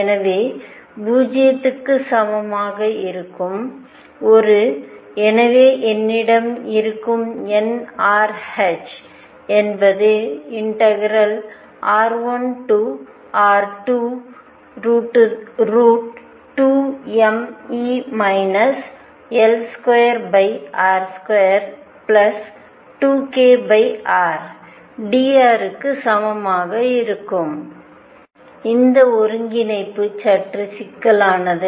எனவே 0 க்கு சமமாக இருக்கும் ஒரு எனவே என்னிடம் இருக்கும் nrh என்பது r1r2√2mE L2r22krdr க்கு சமமாக இருக்கும் இந்த ஒருங்கிணைப்பு சற்று சிக்கலானது